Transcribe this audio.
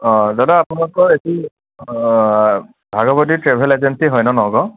দাদা আপোনালোকৰ এইটো ভাগৱতী ট্ৰেভেল এজেঞ্চি হয় ন নগাঁও